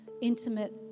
intimate